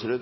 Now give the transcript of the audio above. vil